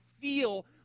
feel